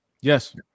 Yes